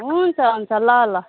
हुन्छ हुन्छ ल ल